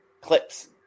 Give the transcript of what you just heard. clips